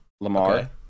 Lamar